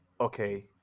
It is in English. okay